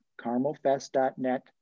carmelfest.net